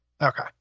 Okay